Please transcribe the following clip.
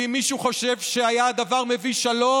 ואם מישהו חושב שהיה הדבר מביא שלום,